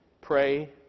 Pray